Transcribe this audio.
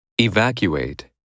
Evacuate